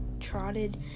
Trotted